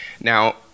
Now